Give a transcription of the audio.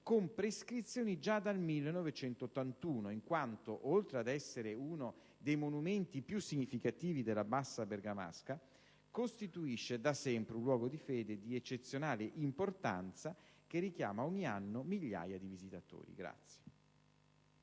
con prescrizioni già dal 1981 in quanto, oltre ad essere uno dei monumenti più significativi della bassa bergamasca, costituisce da sempre un luogo di fede di eccezionale importanza, che richiama ogni anno migliaia di visitatori.